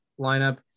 lineup